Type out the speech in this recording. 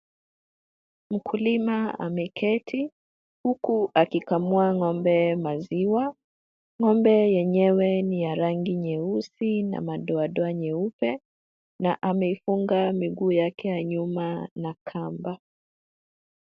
Mkulima ameketi huku akikamua ng'ombe maziwa. Ng'ombe yenyewe ni ya rangi nyeusi na madoadoa nyeupe na ameifunga miguu yake ya nyuma na kamba.